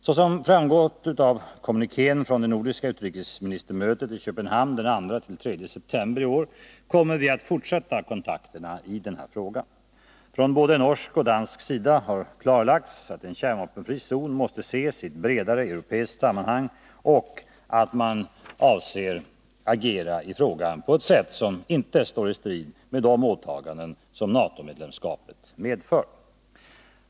Såsom framgår av kommunikén från det nordiska utrikesministermötet i Köpenhamn den 2-3 september i år, kommer vi att fortsätta kontakterna i denna fråga. Från både norsk och dansk sida har klarlagts att en kärnvapenfri zon måste ses i ett bredare europeiskt sammanhang samt att man avser agera i frågan på ett sätt som inte står i strid med de åtaganden som NATO-medlemskapet medför.